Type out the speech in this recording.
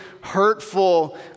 hurtful